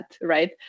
right